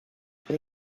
for